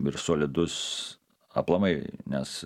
ir solidus aplamai nes